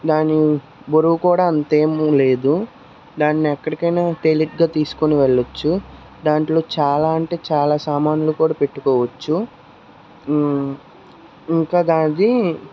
దాని బరువు కూడా అంతేంలేదు దాన్ని ఎక్కడికైనా తేలిగ్గా తీసుకోని వెళ్ళవచ్చు దాంట్లో చాలా అంటే చాలా సామాన్లు కూడా పెట్టుకోవచ్చు ఇంకా దాది